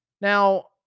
now